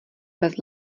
bez